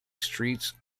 streets